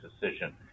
decision